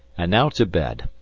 and now to bed,